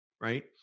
right